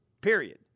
Period